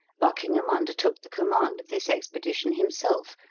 buckingham undertook the command of this expedition himself,